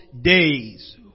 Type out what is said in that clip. days